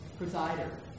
presider